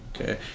Okay